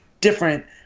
different